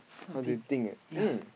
how you think ya